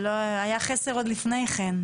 היה חסר עוד לפני כן.